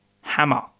Hammer